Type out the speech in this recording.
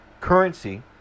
currency